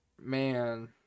Man